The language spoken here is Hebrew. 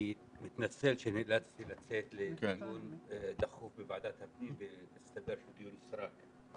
אני מתנצל שנאלצתי לצאת לדיון דחוף בוועדת הפנים ומסתבר שדיון סרק,